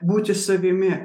būti savimi